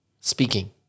Speaking